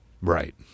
right